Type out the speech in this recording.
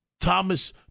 Thomas